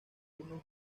unos